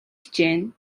хичээнэ